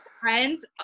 friends